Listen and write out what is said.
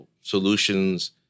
solutions